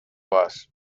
was